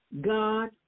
God